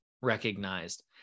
recognized